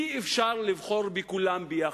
אי-אפשר לבחור בכולם יחד.